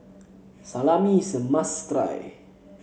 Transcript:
salami is a must